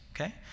okay